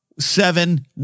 seven